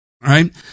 right